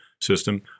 system